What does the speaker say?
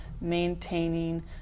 maintaining